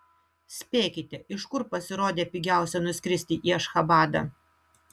spėkite iš kur pasirodė pigiausia nuskristi į ašchabadą